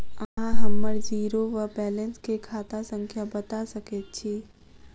अहाँ हम्मर जीरो वा बैलेंस केँ खाता संख्या बता सकैत छी?